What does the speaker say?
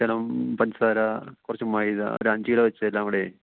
ശകലം പഞ്ചസാര കുറച്ച് മൈദ ഒരഞ്ച് കിലോ വച്ച് എല്ലാംകൂടേയ്